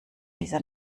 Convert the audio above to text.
dieser